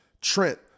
Trent